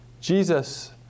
Jesus